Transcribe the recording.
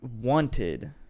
wanted